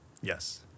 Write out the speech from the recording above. yes